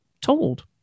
told